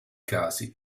casi